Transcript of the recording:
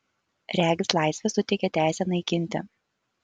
regis laisvė suteikia teisę naikinti